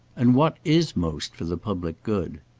and what is most for the public good?